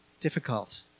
difficult